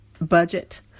budget